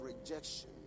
rejection